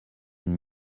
une